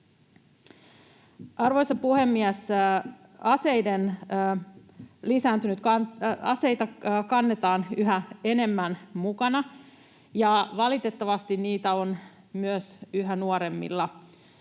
Arvoisa puhemies! Aseita kannetaan yhä enemmän mukana, ja valitettavasti niitä on myös yhä nuoremmilla